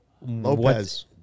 Lopez